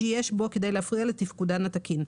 שיש בו כדי להפריע לתפקודן התקין.